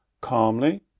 calmly